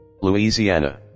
Louisiana